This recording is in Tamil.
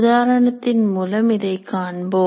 உதாரணத்தின் மூலம் இதைக் காண்போம்